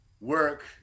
work